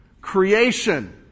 creation